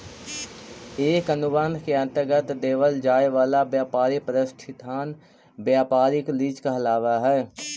एक अनुबंध के अंतर्गत देवल जाए वाला व्यापारी प्रतिष्ठान व्यापारिक लीज कहलाव हई